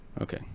okay